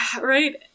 right